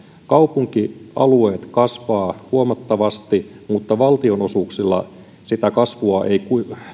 kaupunkialueet kasvavat huomattavasti mutta valtionosuuksilla sitä kasvua ei